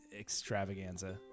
extravaganza